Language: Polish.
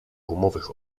gumowych